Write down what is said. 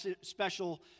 special